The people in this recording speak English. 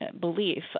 belief